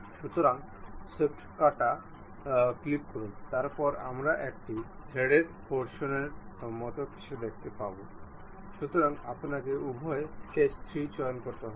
সুতরাং ডিসটেন্সের লিমিটর মতো একই আমাদের আবার দুটি করে নির্বাচন করতে হবে